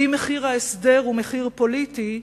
ואם מחיר ההסדר הוא מחיר פוליטי,